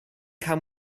come